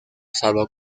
salvo